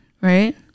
right